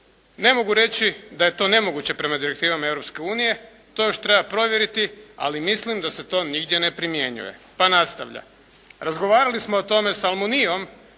ne mogu reći da je to nemoguće prema direktivama Europske unije, to još treba provjeriti, ali mislim da se to nigdje ne primjenjuje. Pa nastavlja, razgovarali smo o tome s Almuniom